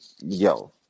yo